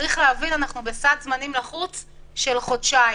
צריך להבין שאנחנו בסד זמנים לחוץ של חודשיים.